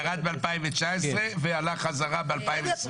ירד ב-2019 ועלה חזרה ב-2020.